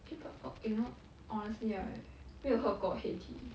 eh got orh you know honestly right 没有喝过 HEYTEA